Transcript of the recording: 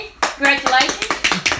congratulations